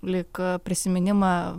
lyg prisiminimą